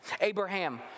Abraham